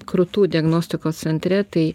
krūtų diagnostikos centre tai